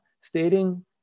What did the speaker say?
stating